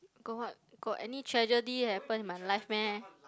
got what got any tragedy that happen in my life meh